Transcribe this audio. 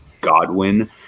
Godwin